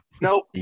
Nope